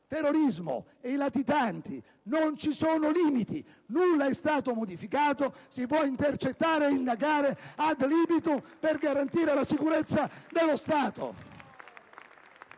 confronti dei latitanti, non ci sono limiti, nulla è stato modificato, si può intercettare e indagare *ad libitum*, per garantire la sicurezza dello Stato.